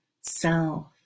self